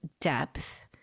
depth